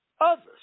others